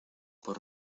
por